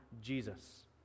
Jesus